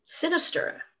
Sinister